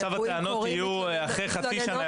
עכשיו הטענות יהיו אחרי חצי שנה.